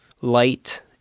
light